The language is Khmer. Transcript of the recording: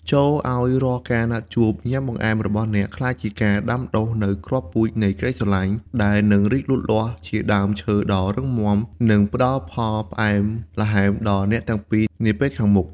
ចូរឱ្យរាល់ការណាត់ជួបញ៉ាំបង្អែមរបស់អ្នក ក្លាយជាការដាំដុះនូវគ្រាប់ពូជនៃក្ដីស្រឡាញ់ ដែលនឹងរីកលូតលាស់ជាដើមឈើដ៏រឹងមាំ និងផ្ដល់ផលផ្អែមល្ហែមដល់អ្នកទាំងពីរនាពេលខាងមុខ។